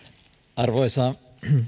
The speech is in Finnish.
arvoisa